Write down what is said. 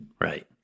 right